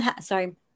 sorry